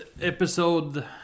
episode